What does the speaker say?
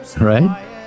right